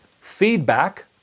feedback